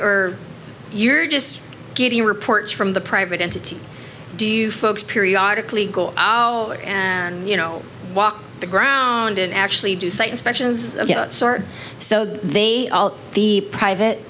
or you're just getting reports from the private entities do you folks periodically go you know walk the ground and actually do site inspections so they all the private